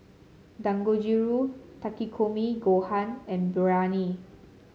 Dangojiru Takikomi Gohan and Biryani